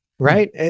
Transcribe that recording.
Right